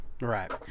Right